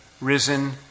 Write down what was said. risen